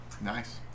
nice